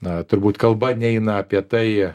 na turbūt kalba neina apie tai